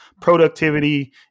productivity